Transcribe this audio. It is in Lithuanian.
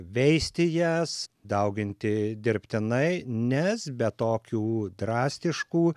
veisti jas dauginti dirbtinai nes be tokių drastiškų